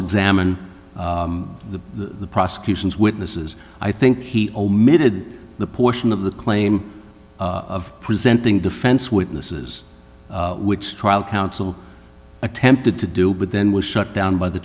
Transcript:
examine the prosecution's witnesses i think he omitted the portion of the claim of presenting defense witnesses which trial counsel attempted to do but then was shut down by the